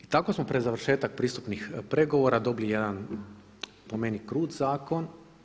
I tako smo pred završetak pristupnih pregovora dobili jedan po meni krut zakon.